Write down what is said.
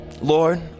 Lord